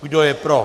Kdo je pro?